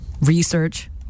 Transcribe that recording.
research